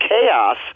chaos